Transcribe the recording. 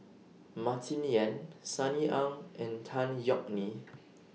Martin Yan Sunny Ang and Tan Yeok Nee